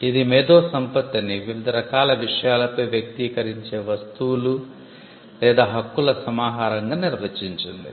ఇది మేధో సంపత్తిని వివిధ రకాల విషయాలపై వ్యక్తీకరించే వస్తువుల లేదా హక్కుల సమాహారంగా నిర్వచించింది